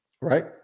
right